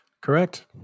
Correct